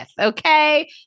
Okay